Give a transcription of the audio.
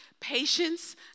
patience